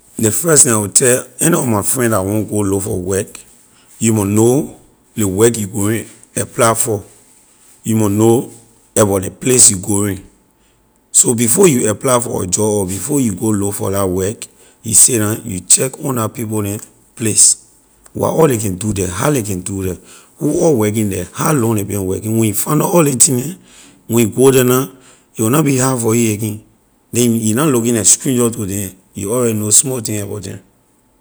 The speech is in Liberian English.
Ley first thing i’ll tell any of my friend la want go look for work you mon know ley work you going apply for you mon know about ley place you going so before you apply for a job or before you go look for la work you sit down you check on la people neh place what all ley can do the how ley can do the who all working the how long ley been working the when you find nor all ley thing neh when you go the now a will na be hard for you again then you na looking like stranger to neh you already know small thing about them.